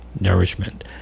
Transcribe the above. nourishment